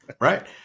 Right